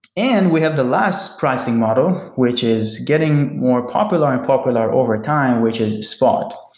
and we have the last pricing model, which is getting more popular and popular overtime, which is spot.